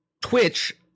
Twitch